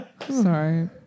Sorry